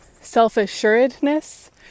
self-assuredness